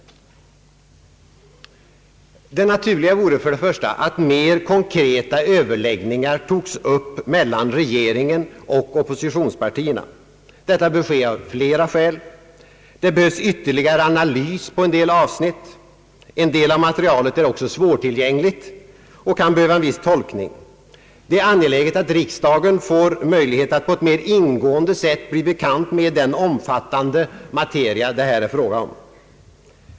Det naturliga vore att mer konkreta överläggningar togs upp mellan regeringen och oppositionspartierna. Detta bör ske av flera skäl. Det behövs ytterligare analys på en del avsnitt. En del av materialet är också svårtillgängligt och kan behöva en viss tolkning. Det är angeläget att riksdagen får möjlighet att på ett mer ingående sätt bli bekant med den omfattande materia det här är fråga om.